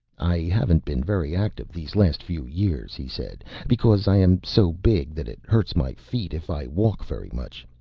i haven't been very active these last few years, he said, because i am so big that it hurts my feet if i walk very much.